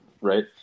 right